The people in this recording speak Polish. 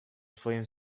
twoim